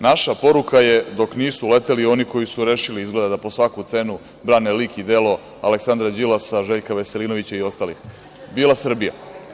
Naša poruka je, dok nisu leteli oni koji su rešili izgleda da po svaku cenu brane lik i delo Aleksandra Đilasa, Željka Veselinovića i ostalih, bila Srbija.